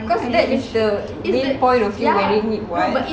cause that is the main point of you wearing it [what]